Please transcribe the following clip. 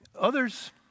others